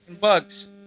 Bugs